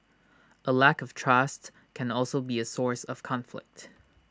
A lack of trust can also be A source of conflict